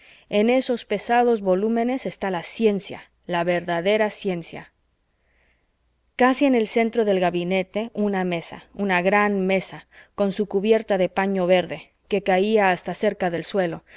en esos pesados volúmenes está la ciencia la verdadera ciencia casi en el centro del gabinete una mesa una gran mesa con su cubierta de paño verde que caía hasta cerca del suelo